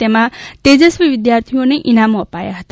જેમાં તેજસ્વી વિદ્યાર્થીઓને ઇનામો અપાયા હતા